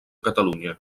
catalunya